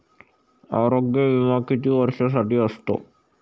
आरोग्य विमा किती वर्षांसाठी असतो?